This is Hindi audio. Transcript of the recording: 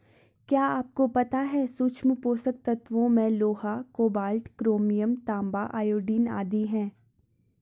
क्या आपको पता है सूक्ष्म पोषक तत्वों में लोहा, कोबाल्ट, क्रोमियम, तांबा, आयोडीन आदि है?